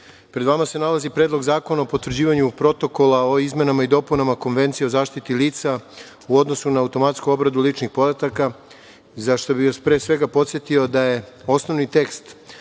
pred vama se nalazi Predlog zakona o potvrđivanju Protokola o izmenama i dopunama Konvencije o zaštiti lica u odnosu na automatsku obradu ličnih podataka, za šta bih vas, pre svega, podsetio da je osnovni tekst